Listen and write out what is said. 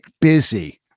busy